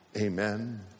Amen